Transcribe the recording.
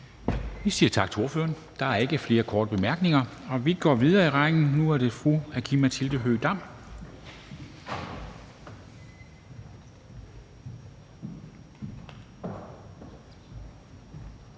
Vi siger tak til ordføreren. Der er ikke flere korte bemærkninger, og vi går videre i rækken. Nu er det fru Aki-Matilda Høegh-Dam.